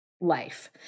life